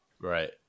Right